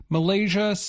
Malaysia